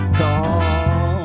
call